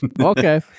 Okay